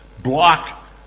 block